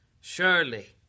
Surely